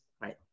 right